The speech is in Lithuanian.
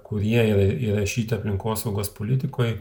kurie yra įrašyti aplinkosaugos politikoj